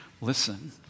listen